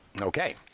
Okay